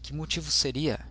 que motivo seria